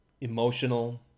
emotional